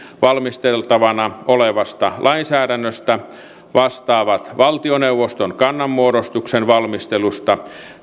valmisteltavana olevasta lainsäädännöstä ja vastaavat valtioneuvoston kannanmuodostuksen valmistelusta